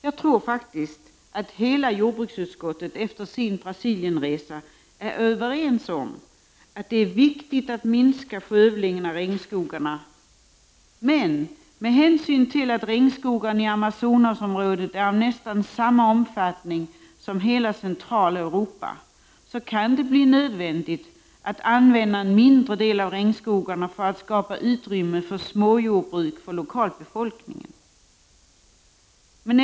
Jag tror att hela jordbruksutskottet efter sin Brasilienresa är överens om att det är viktigt att minska skövlingen av regnskogarna, men med hänsyn till att regnskogarna i Amazonasområdet är av nästan samma omfattning som Centraleuropa kan det bli nödvändigt att använda en mindre del av regnskogarna för att skapa utrymme för småjordbruk för lokalbefolkningen.